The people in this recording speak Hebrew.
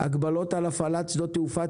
הגבלות על הפעלת שדות תעופה,